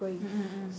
mm mm mm